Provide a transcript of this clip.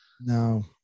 No